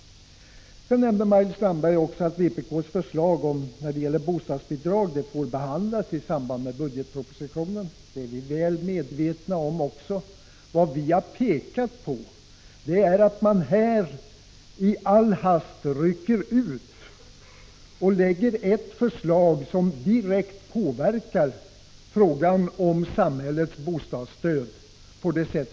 Sedan nämnde Maj-Lis Landberg också att vpk:s förslag när det gäller bostadsbidrag får behandlas i samband med budgetpropositionen. Det är vi väl medvetna om. Vad vi har pekat på är att man här i all hast rycker ut en begränsad del och lägger fram ett förslag som direkt påverkar samhällets bostadsstöd.